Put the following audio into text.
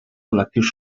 col·lectius